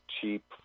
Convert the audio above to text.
cheap